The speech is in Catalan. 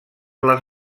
les